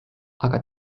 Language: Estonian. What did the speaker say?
aga